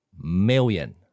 million